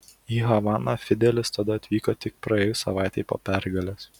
į havaną fidelis tada atvyko tik praėjus savaitei po pergalės